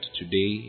today